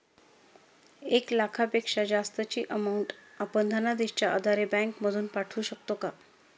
एक लाखापेक्षा जास्तची अमाउंट आपण धनादेशच्या आधारे बँक मधून पाठवू शकतो का?